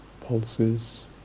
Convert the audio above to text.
pulses